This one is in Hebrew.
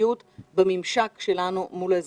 ואנושיות בממשק שלנו מול האזרחים.